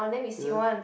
yea